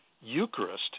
Eucharist